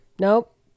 Nope